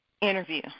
interview